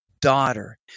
daughter